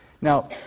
Now